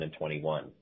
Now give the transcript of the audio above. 2021